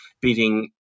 beating